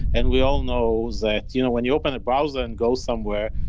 and we all know that you know when you open a browser and go somewhere,